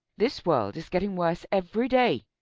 this world is getting worse every day.